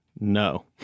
No